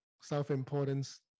self-importance